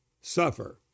suffer